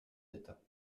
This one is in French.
d’état